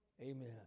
Amen